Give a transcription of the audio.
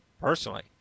personally